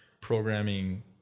programming